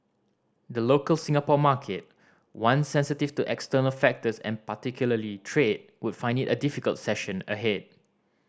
the local Singapore market one sensitive to external factors and particularly trade would find it a difficult session ahead